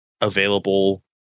available